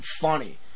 funny